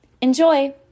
Enjoy